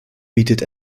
bietet